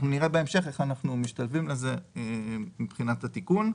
אנחנו נראה בהמשך איך אנחנו משתלבים בזה מבחינת התיקון.